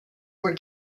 were